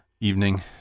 evening